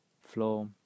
floor